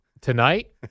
tonight